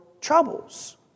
troubles